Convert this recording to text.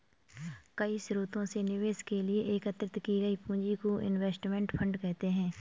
कई स्रोतों से निवेश के लिए एकत्रित की गई पूंजी को इनवेस्टमेंट फंड कहते हैं